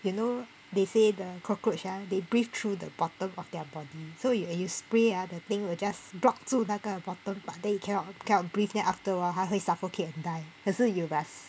you know they say the cockroach ah they breathe through the bottom of their body so you when you spray ah the thing will just block 住那个 bottom but then you cannot cannot breathe then after awhile 它就会 suffocate and die 可是 you must